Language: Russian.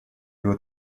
вот